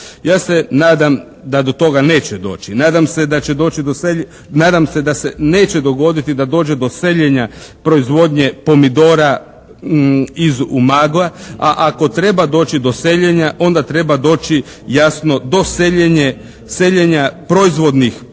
doći. Nadam se da će doći, nadam se da se neće dogoditi da dođe do seljenja proizvodnje pomidora iz Umaga, a ako treba doći do seljenja onda treba doći jasno do seljenja proizvodnih pogona